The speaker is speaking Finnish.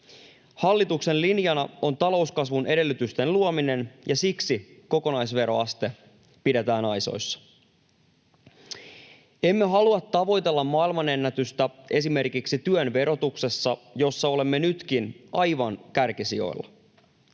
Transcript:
Hallituksen linjana on talouskasvun edellytysten luominen, ja siksi kokonaisveroaste pidetään aisoissa. Emme halua tavoitella maailmanennätystä esimerkiksi työn verotuksessa, jossa olemme nytkin aivan kärkisijoilla.